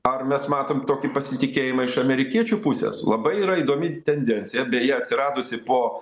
ar mes matom tokį pasitikėjimą iš amerikiečių pusės labai yra įdomi tendencija beje atsiradusi po